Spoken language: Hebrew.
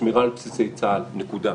בשמירה על בסיסי צה"ל, נקודה.